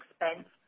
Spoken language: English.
expense